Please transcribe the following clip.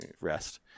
rest